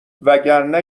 وگرنه